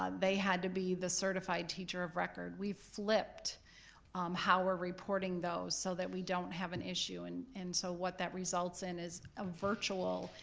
um they had to be the certified teacher of record. we flipped how we're reporting those so that we don't have an issue, and and so what that results in is a virtual,